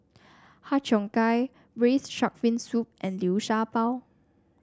Har Cheong Gai Braised Shark Fin Soup and Liu Sha Bao